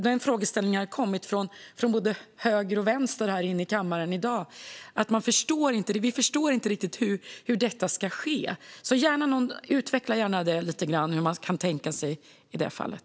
Den frågeställningen har kommit från både höger och vänster här inne i kammaren i dag. Vi förstår inte riktigt hur detta ska ske. Utveckla gärna lite grann hur man kan tänka sig det i det fallet.